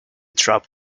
drop